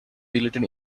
related